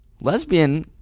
lesbian